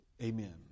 Amen